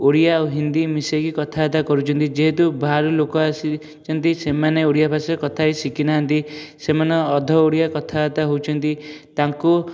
ଓଡ଼ିଆ ଓ ହିନ୍ଦୀ ମିଶେଇକି କଥାବାର୍ତ୍ତା କରୁଛନ୍ତି ଯେହେତୁ ବାହାର ଲୋକ ଆସି ସେମିତି ସେମାନେ ଓଡ଼ିଆ ଭାଷା କଥା ହେଇ ଶିଖି ନାହାନ୍ତି ସେମାନେ ଅର୍ଦ୍ଧ ଓଡ଼ିଆ କଥାବାର୍ତ୍ତା ହେଉଛନ୍ତି ତାଙ୍କୁ